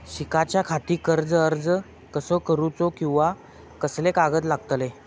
शिकाच्याखाती कर्ज अर्ज कसो करुचो कीवा कसले कागद लागतले?